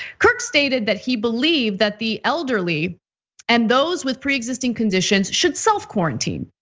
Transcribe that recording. kirk stated that he believed that the elderly and those with pre-existing conditions should self-quarantine.